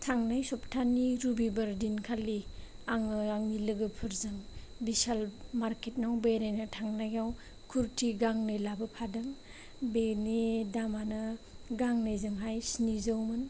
थांनाय सप्तानि रुबिबार दिन खालि आङो आंनि लोगोफोरजों बिशाल मार्केटआव बेरायनो थांनायाव कुर्टि गांनै लाबोफादों बेनि दामानो गांनैजोंहाय स्निजौमोन